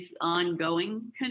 ongoing